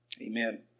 Amen